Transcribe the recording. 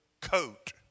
coat